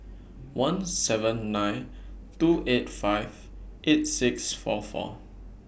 one seven nine two eight five eight six four four